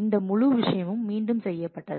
இந்த முழு விஷயமும் மீண்டும் செய்யப்பட்டது